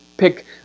pick